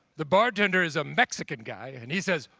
the bartender is a mexican guy and he says,